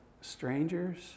strangers